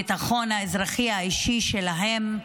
על הביטחון האזרחי האישי שלהם.